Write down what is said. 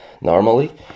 normally